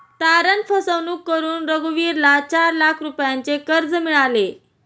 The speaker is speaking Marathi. तारण फसवणूक करून रघुवीरला चार लाख रुपयांचे कर्ज मिळाले